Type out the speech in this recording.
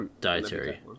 dietary